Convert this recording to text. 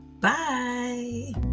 Bye